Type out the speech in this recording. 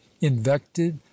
invective